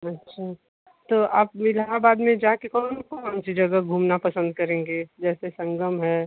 अच्छा तो आप इलहाबाद में जाके कौन कौन सी जगह घूमना पसंद करेंगे जैसे संगम है